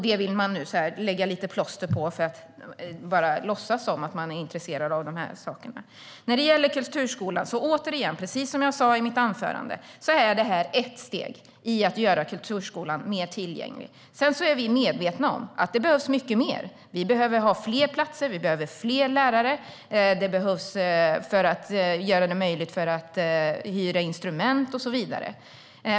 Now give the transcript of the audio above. Det vill ni nu lägga lite plåster på, för att låtsas som att ni är intresserade av de sakerna. När det gäller kulturskolan är detta, återigen och precis som jag sa i mitt anförande, ett steg för att göra kulturskolan mer tillgänglig. Sedan är vi medvetna om att det behövs mycket mer. Vi behöver ha fler platser, och vi behöver fler lärare. Vi behöver göra det möjligt att hyra instrument och så vidare.